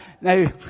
Now